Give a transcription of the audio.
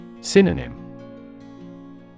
Synonym